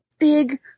Big